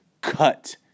cut